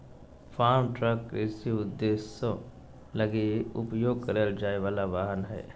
farm truck कृषि उद्देश्यों लगी उपयोग कईल जाय वला वाहन हइ